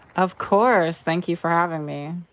of course. thank you for having me.